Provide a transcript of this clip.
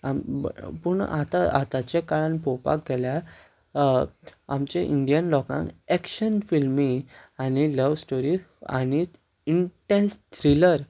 पूण आतां आतांच्या काळान पळोवपाक गेल्यार आमचे इंडियन लोकांक एक्शन फिल्मी आनी लव स्टोरी आनी इंटेन्स थ्रिलर